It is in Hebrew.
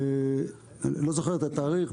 לא זוכר את התאריך,